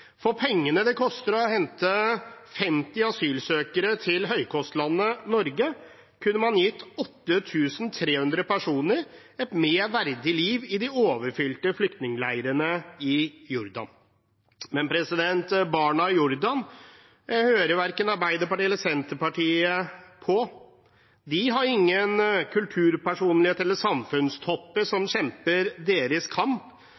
koster å hente 50 asylsøkere til høykostlandet Norge, kunne man gitt 8 300 personer et mer verdig liv i de overfylte flyktningleirene i Jordan. Men barna i Jordan hører verken Arbeiderpartiet eller Senterpartiet på. De har ingen kulturpersonligheter eller samfunnstopper som kjemper deres kamp,